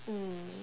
mm